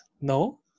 No